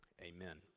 amen